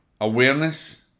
awareness